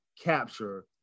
capture